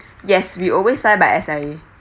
yes we always fly by S_I_A